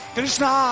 Krishna